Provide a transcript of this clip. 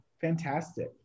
Fantastic